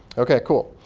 ok, cool,